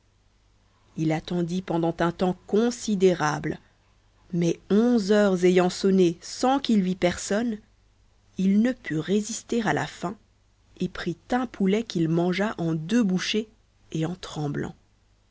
il attendit pendant un tems considérable mais onze heures ayant sonné sans qu'il vit personne il ne put résister à la faim et prit un poulet qu'il mangea en deux bouchées et en tremblant